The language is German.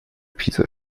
pisa